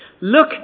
Look